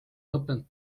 lõppenud